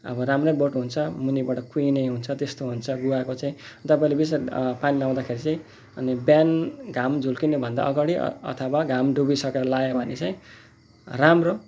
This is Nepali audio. अब राम्रै बोट हुन्छ मुनिबाट कुहिने हुन्छ त्यस्तो हुन्छ गुवाको चाहिँ तपाईँले विशेष पानी लाउँदाखेरि चाहिँ अनि बिहान घाम झुल्किनुभन्दा अगाडि अथवा घाम डुबिसकेर लायो भने चाहिँ राम्रो